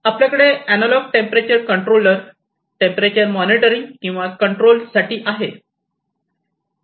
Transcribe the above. आपल्याकडे analog temperature controller temperature monitoring किंवा control साठी आहे